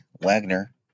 Wagner